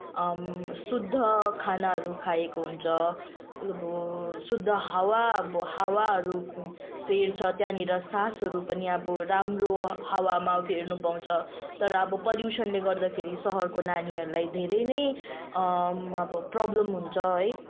शुद्ध खानाहरू खाएको हुन्छ अब शुद्ध हावा अब हावाहरू फेर्छ त्यहाँनिर श्वासहरू पनि अब राम्रो हावामा फेर्न पाउँछ तर अब पल्युसनले गर्दाखेरि सहरको नानीहरूलाई धेरै नै अब प्रब्लम हुन्छ है